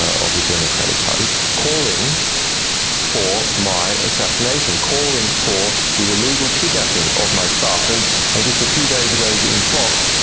of the democratic party, calling for my assassination, calling for the illegal kidnapping of my staff. and and just a few days ago, it was in fox,